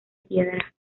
piedra